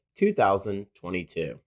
2022